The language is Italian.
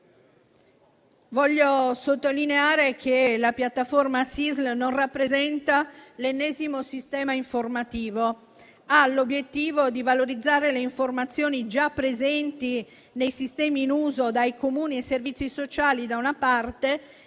Voglio sottolineare che la piattaforma SISL non rappresenta l'ennesimo sistema informativo. Essa ha l'obiettivo di valorizzare le informazioni già presenti nei sistemi in uso dai Comuni e servizi sociali, da una parte,